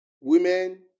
women